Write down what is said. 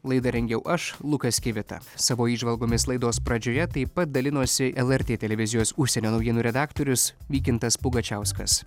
laidą rengiau aš lukas kivita savo įžvalgomis laidos pradžioje taip pat dalinosi lrt televizijos užsienio naujienų redaktorius vykintas pugačiauskas